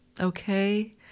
Okay